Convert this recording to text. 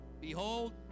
Behold